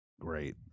great